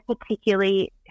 particularly